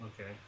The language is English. okay